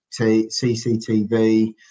CCTV